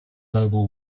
global